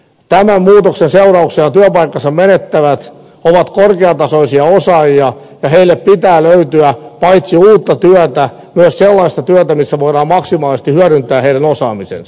ne henkilöt jotka tämän muutoksen seurauksena työpaikkansa menettävät ovat korkeatasoisia osaajia ja heille pitää löytyä paitsi uutta työtä myös sellaista työtä missä voidaan maksimaalisesti hyödyntää heidän osaamisensa